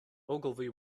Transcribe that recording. ogilvy